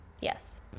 Yes